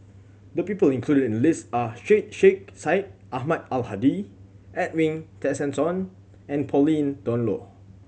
the people included in the list are Syed Sheikh Syed Ahmad Al Hadi Edwin Tessensohn and Pauline Dawn Loh